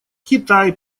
китай